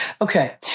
Okay